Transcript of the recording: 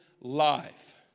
life